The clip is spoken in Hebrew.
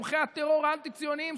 תומכי טרור אנטי-ציונים,